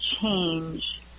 change